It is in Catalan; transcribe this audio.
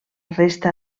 resta